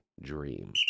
dream